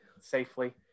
safely